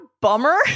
bummer